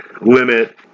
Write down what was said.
limit